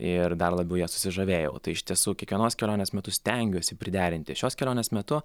ir dar labiau ja susižavėjau tai iš tiesų kiekvienos kelionės metu stengiuosi priderinti šios kelionės metu